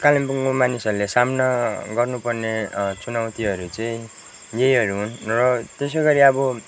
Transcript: कालिम्पोङको मानिसहरूले सामना गर्नु पर्ने चुनैतीहरू चाहिँ यहीहरू हुन् र त्यसै गरी अब